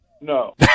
No